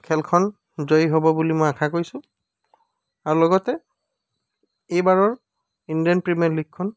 খেলখন জয়ী হ'ব বুলি মই আশা কৰিছোঁ আৰু লগতে এইবাৰৰ ইণ্ডিয়ান প্ৰিমিয়াৰ লীগখন